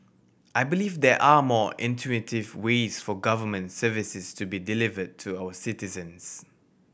I believe there are more intuitive ways for government services to be delivered to our citizens